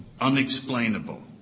unexplainable